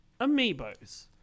Amiibos